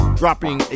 dropping